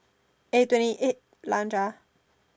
eh twenty eight lunch ah